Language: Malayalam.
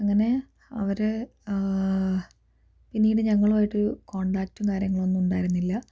അങ്ങനെ അവര് പിന്നീട് ഞങ്ങളുമായിട്ട് ഒരു കോൺടാക്ടും കാര്യങ്ങൾ ഒന്നും ഉണ്ടായിരുന്നില്ല